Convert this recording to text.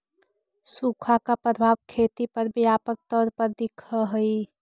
सुखा का प्रभाव खेती पर व्यापक तौर पर दिखअ हई